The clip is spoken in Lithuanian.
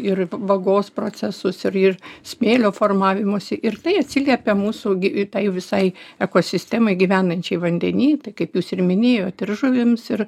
ir vagos procesus ir ir smėlio formavimosi ir tai atsiliepia mūsų ir tai jau visai ekosistemai gyvenančiai vandeny kaip jūs ir minėjote ir žuvims ir